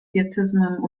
pietyzmem